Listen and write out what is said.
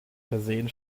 versahen